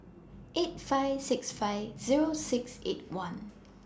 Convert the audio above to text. eight five six five Zero six eight one